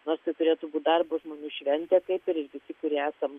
nors ir turėtų būt darbo žmonių šventė taip ir visi kurie esam